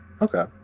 Okay